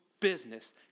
business